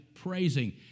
praising